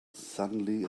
suddenly